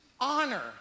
honor